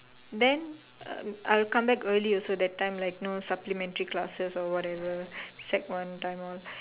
then uh I'll come back early also that time like no supplementary classes or whatever sec one time all